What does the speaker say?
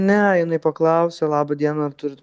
ne jinai paklausė laba diena ar turit